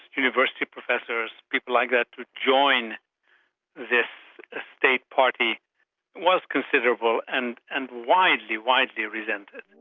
university professors, people like that, to join this state party was considerable and and widely, widely resented.